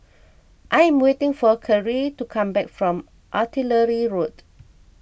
I am waiting for Kerrie to come back from Artillery Road